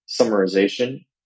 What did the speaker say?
summarization